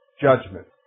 judgment